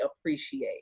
appreciate